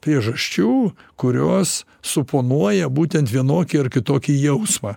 priežasčių kurios suponuoja būtent vienokį ar kitokį jausmą